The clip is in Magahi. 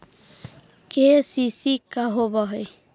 के.सी.सी का होव हइ?